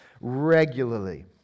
regularly